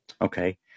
okay